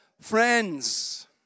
friends